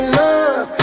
love